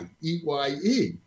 E-Y-E